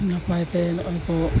ᱱᱟᱯᱟᱭᱛᱮ ᱱᱚᱜᱼᱚᱭ ᱠᱚ